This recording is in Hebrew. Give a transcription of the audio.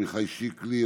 עמיחי שיקלי,